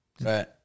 Right